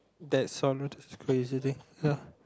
that's all I do crazily ya